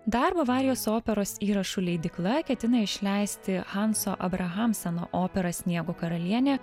dar bavarijos operos įrašų leidykla ketina išleisti hanso abrahamseno operą sniego karalienė